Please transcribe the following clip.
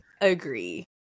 agree